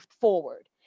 forward